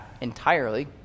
entirely